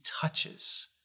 touches